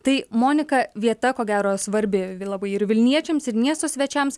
tai monika vieta ko gero svarbi vi labai ir vilniečiams ir miesto svečiams